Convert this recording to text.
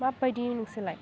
माब्बायदि नोंसोरलाइ